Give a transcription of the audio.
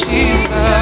Jesus